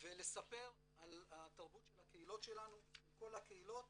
ולספר על התרבות של הקהילות שלנו, של כל הקהילות